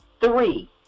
three